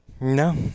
No